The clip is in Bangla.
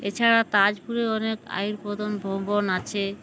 এছাড়া তাজপুরে অনেক আয়ুর্বেদ ভবন আছে